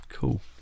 Cool